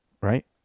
Right